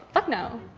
fuck no.